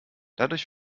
dadurch